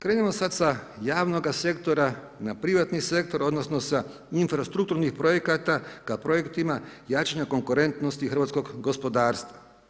Krenimo sad sa javnoga sektora na privatni sektor, odnosno sa infrastrukturnih projekata ka projektima jačanja konkurentnosti hrvatskog gospodarstva.